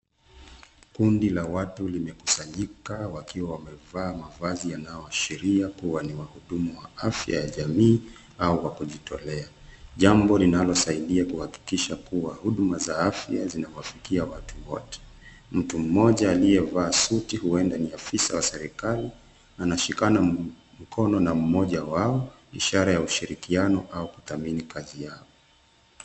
Kundi la watu limekusanyika wakiwa wamevaa mavazi yanayoashiria kuwa ni wahudumu wa afya ya jamii au wa kujitolea. Jambo linalosaidia kuhakikisha kuwa huduma za afya zinawafikia watu wote. Mtu mmoja aliyevaa suti huenda ni afisa wa serikali anashikana mkono na mmoja wao ishara ya ushirikiano au kudhamini kazi yao.